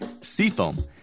seafoam